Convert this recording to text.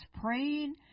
praying